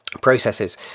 processes